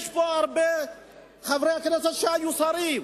יש פה הרבה חברי כנסת שהיו שרים,